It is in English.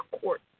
court